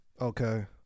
Okay